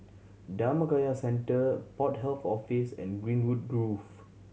Dhammakaya Centre Port Health Office and Greenwood Grove